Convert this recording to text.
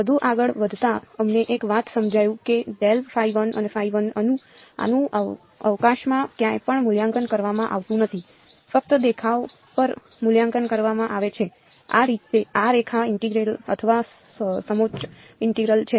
વધુ આગળ વધતા અમને એક વાત સમજાયું કે અને આનું અવકાશમાં ક્યાંય પણ મૂલ્યાંકન કરવામાં આવતું નથી ફક્ત દેખાવ પર મૂલ્યાંકન કરવામાં આવે છે આ રેખા ઇન્ટેગ્રલ અથવા સમોચ્ચ ઇન્ટેગ્રલ છે